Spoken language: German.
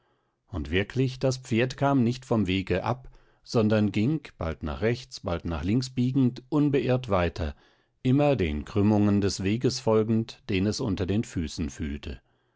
und wirklich kam das pferd nicht vom wege ab sondern ging bald nach rechts bald nach links biegend unbeirrt weiter immer den krümmungen des weges folgend den es unter den füßen fühlte